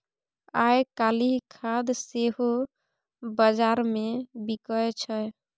आयकाल्हि खाद सेहो बजारमे बिकय छै